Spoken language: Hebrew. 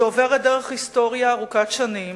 היא עוברת דרך היסטוריה ארוכת שנים,